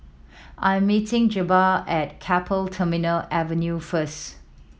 i am meeting Jabbar at Keppel Terminal Avenue first